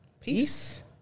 Peace